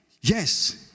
Yes